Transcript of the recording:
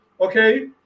okay